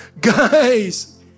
guys